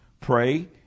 pray